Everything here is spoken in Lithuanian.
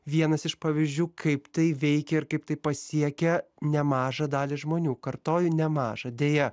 vienas iš pavyzdžių kaip tai veikia ir kaip tai pasiekia nemažą dalį žmonių kartoju nemažą deja